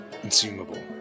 Consumable